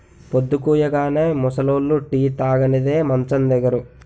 పొద్దుకూయగానే ముసలోళ్లు టీ తాగనిదే మంచం దిగరు